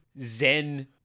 zen